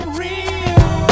real